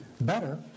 Better